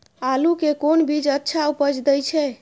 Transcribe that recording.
आलू के कोन बीज अच्छा उपज दे छे?